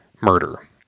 murder